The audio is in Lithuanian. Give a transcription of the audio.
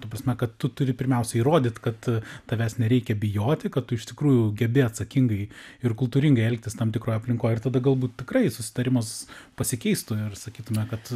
ta prasme kad tu turi pirmiausia įrodyti kad tavęs nereikia bijoti kad tu iš tikrųjų gebi atsakingai ir kultūringai elgtis tam tikroje aplinkoje ir tada galbūt tikrai susitarimus pasikeistų ir sakytumėme kad